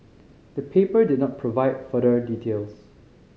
the paper did not provide further details